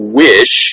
wish